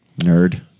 nerd